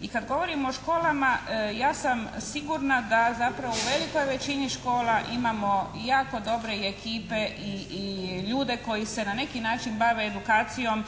i kad govorimo o školama ja sam sigurna da zapravo u velikoj većini škola imamo jako dobre ekipe i ljude koji se na neki način bave edukacijom